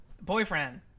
Boyfriend